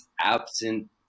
absent